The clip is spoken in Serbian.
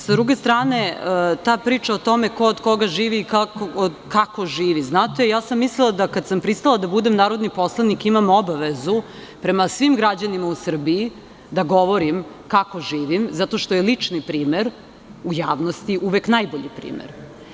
S druge strane, ta priča o tome ko od koga živi, kako živi, mislila sam da, kada sam pristala da budem narodni poslanik, imam obavezu prema svim građanima u Srbiji da govorim kako živim zato što je lični primer u javnosti uvek najbolji primer.